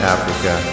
Africa